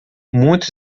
muitos